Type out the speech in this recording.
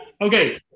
okay